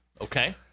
Okay